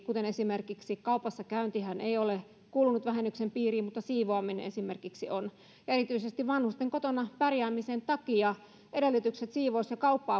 esimerkiksi kaupassa käyntihän ei ole kuulunut vähennyksen piiriin mutta siivoaminen esimerkiksi on erityisesti vanhusten kotona pärjäämisen takia edellytykset siivous ja kauppa